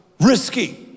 risky